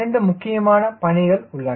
இரண்டு முக்கியமான பணிகள் உள்ளன